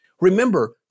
Remember